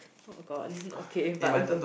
oh-god okay but